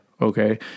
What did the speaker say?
Okay